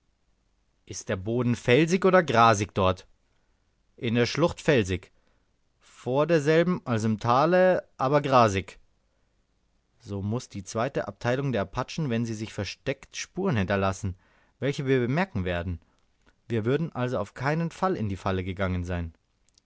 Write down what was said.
ist der boden felsig oder grasig dort in der schlucht felsig vor derselben also im tale aber grasig so muß die zweite abteilung der apachen wenn sie sich versteckt spuren hinterlassen welche wir bemerken werden wir würden also auf keinen fall in die falle gegangen sein